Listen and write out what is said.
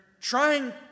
trying